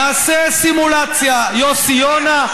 נעשה סימולציה, יוסי יונה.